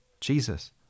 Jesus